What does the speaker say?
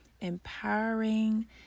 empowering